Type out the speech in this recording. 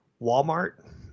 Walmart